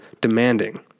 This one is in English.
demanding